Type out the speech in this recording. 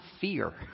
fear